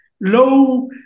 low